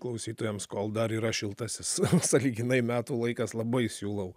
klausytojams kol dar yra šiltasis sąlyginai metų laikas labai siūlau